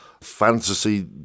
fantasy